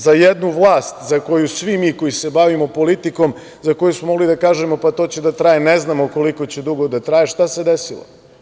Za jednu vlast, za koju svi mi koji se bavimo politikom, za koju smo mogli da kažemo, pa to će da traje, ne znamo koliko će dugo da traje – šta se desilo?